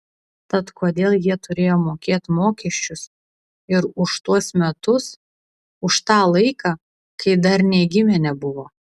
tad kodėl jie turėjo mokėt mokesčius ir už tuos metus už tą laiką kai dar nė gimę nebuvo